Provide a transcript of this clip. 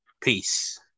Peace